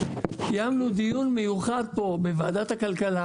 קיימנו דיון מיוחד פה בוועדת הכלכלה